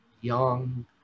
young